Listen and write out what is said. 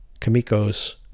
Kamiko's